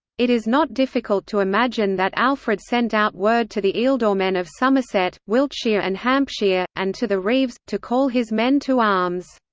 it is not difficult to imagine that alfred sent out word to the ealdormen of somerset, wiltshire and hampshire, and to the reeves, to call his men to arms.